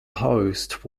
host